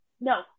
No